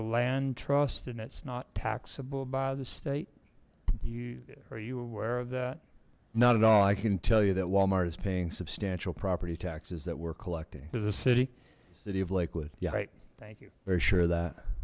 a land trust and it's not taxable by the state you are you aware of that not at all i can tell you that walmart is paying substantial property taxes that we're collecting there's a city city of lakewood yeah thank you very sure that